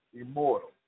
immortal